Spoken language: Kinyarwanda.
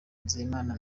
nizeyimana